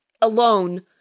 alone